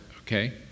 okay